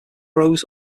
burrows